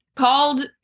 Called